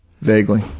Vaguely